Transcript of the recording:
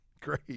Great